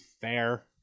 fair